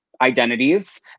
identities